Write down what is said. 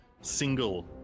single